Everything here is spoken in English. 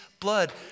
blood